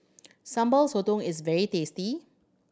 Sambal Sotong is very tasty